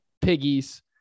Piggies